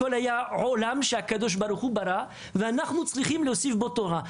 הכל היה עולם שהקדוש ברוך הוא ברא שאנחנו צריכים להוסיף בו תורה.